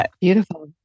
Beautiful